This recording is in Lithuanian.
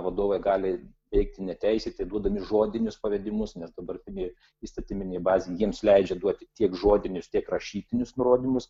vadovai gali veikti neteisėtai duodami žodinius pavedimus nes dabartinė įstatyminė bazė jiems leidžia duoti tiek žodinius tiek rašytinius nurodymus